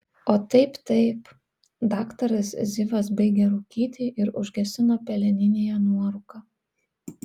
o taip taip daktaras zivas baigė rūkyti ir užgesino peleninėje nuorūką